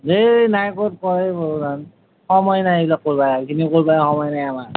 ধেই নাই ক'ত কোৱায়ে ভগৱান সময় নাই এইবিলাক কৰিব এইখিনি কৰিব সময় নাই আমাৰ